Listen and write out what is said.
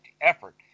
effort